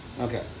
Okay